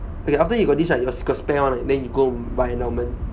okay after you got these right yo~ you got spare one then you go buy endowment